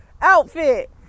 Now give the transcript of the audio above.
outfit